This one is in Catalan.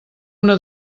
una